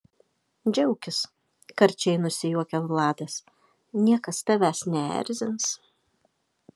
džiaukis karčiai nusijuokia vladas niekas tavęs neerzins